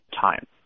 time